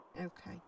Okay